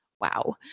Wow